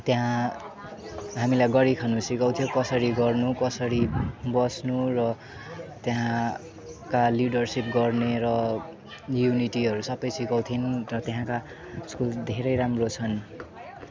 त्यहाँ हामीलाई गरिखानु सिकाउँथ्यो कसरी गर्नु कसरी बस्नु र त्यहाँका लिडरसिप गर्ने र युनिटीहरू सबै सिकाउँथे र त्यहाँका स्कुल धेरै राम्रो छन्